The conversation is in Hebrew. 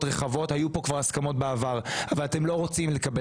רחבות והיו כבר הסכמו בעבר אבל אתם לא רוצים לקבל